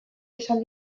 izan